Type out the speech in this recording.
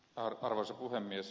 arvoisa puhemies